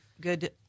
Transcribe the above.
good